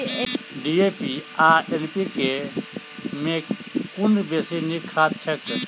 DAP आ NPK मे कुन बेसी नीक खाद छैक?